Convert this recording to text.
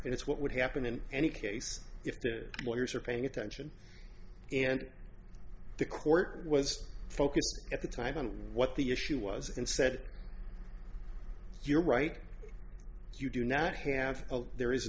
it's what would happen in any case if the lawyers are paying attention and the court was focused at the time on what the issue was and said you're right you do not have there is